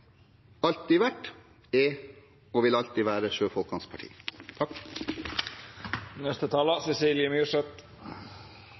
alltid vært, er og vil alltid være